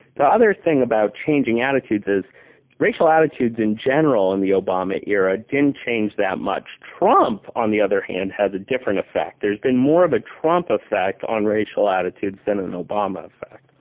the other thing about changing attitudes is racial attitudes in general in the obama era didn't change that much. trump, on the other hand, has a different effect. there has been more of a trump effect on racial attitudes than an obama affect.